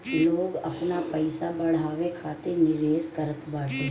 लोग आपन पईसा बढ़ावे खातिर निवेश करत बाटे